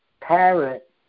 parrot